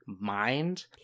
mind